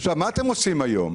מה אתם עושים היום?